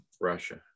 Russia